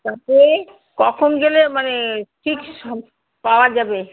তারপরে কখন গেলে মানে ঠিক পাওয়া যাবে